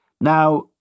Now